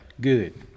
good